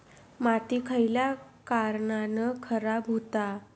माती खयल्या कारणान खराब हुता?